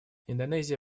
индонезия